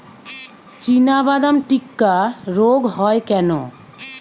চিনাবাদাম টিক্কা রোগ হয় কেন?